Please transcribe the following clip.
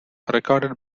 recorded